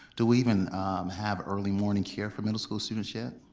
do we even have early morning care for middle school students yet?